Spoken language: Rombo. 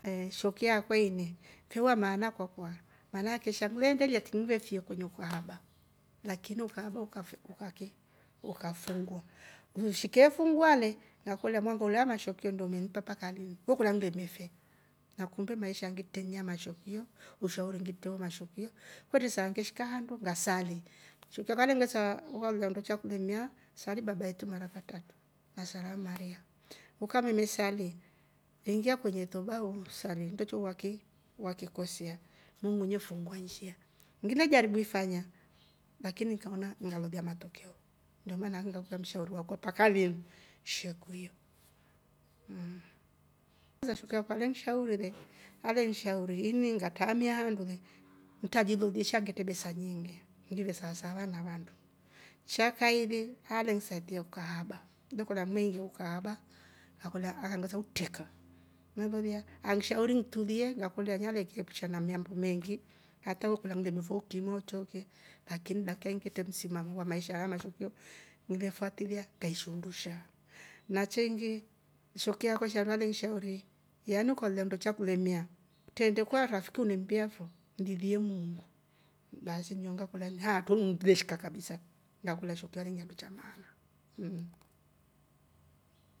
Shekuyo akwa ini nfee wa maana kwakuwa shangive endelia tiki ngveefia kwenye ukahaba, lakini ukahaba ukaf- ukaki ukafungwa nshike fungwa le ngakolya mwanag ulya wamashekuyo ndo umenipa mapaka linu wekolya ngile mefe nakumbe maisha ngitre ni wa mashekuyo, ushauri ngitre ni wa mashekuyo, kwetre saa ngeshika handu ngasali, shekuyo alengiiya ukalolya nndo chakuelemia slai baba yetu mara katratu na salamu maria, ukammeme sali ingia kwenye toba usali nndo cho waki wakikosia muungu ne fungua nshia ngile jaribu ifanya, lakini nkaona- ngalolya matokeo ndo maana ngakuiya mshauri wakwa mpaka linu shekuyo mmm aleng'shauru le, ini aleng'shauri le iningatraamia handu le nitrajiloliye sha ngetre besa nyiingi ngive sava sava na vandu sha kaili alensaidia ukahaba ng'mekolya utreka umelolya, anshauri ngituliyee nakolya alengepusha na mambo meengi hata ulemekolye nimefe lakin dakika yi ngetre msimamo wa maisha alya yama shekuyo ngile fuatilia ngaishi undusha, nacheengi shekuyo akwa shandu aleng'shauri yaani ukalolya nndo chakuelemia utreende kwa rafiki unemmbiya fo mlilie muungu baasi nng'akolya nhaatro nndu ngile shika kabisa ngakolya shekuyo aleniyambai cha maana.